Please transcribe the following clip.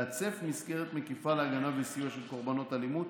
לעצב מסגרת מקיפה להגנה וסיוע של קרבנות אלימות,